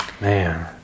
man